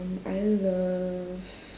I love